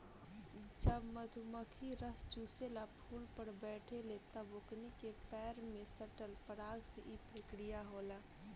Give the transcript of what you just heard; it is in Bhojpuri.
जब मधुमखी रस चुसेला फुल पर बैठे ले तब ओकनी के पैर में सटल पराग से ई प्रक्रिया होला